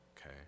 Okay